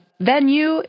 venue